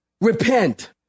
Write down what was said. repent